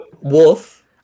Wolf